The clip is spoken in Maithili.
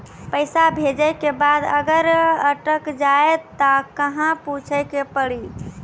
पैसा भेजै के बाद अगर अटक जाए ता कहां पूछे के पड़ी?